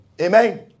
Amen